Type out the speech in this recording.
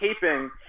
taping